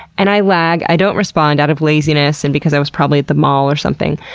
and i lag. i don't respond out of laziness and because i was probably at the mall or something,